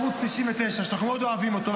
יש ערוץ 99 שאנחנו מאוד אוהבים אותו,